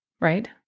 right